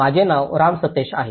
माझे नाव राम सतीश आहे